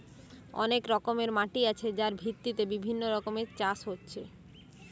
অনেক রকমের মাটি আছে যার ভিত্তিতে বিভিন্ন রকমের চাষ হচ্ছে